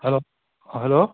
hello oh' hello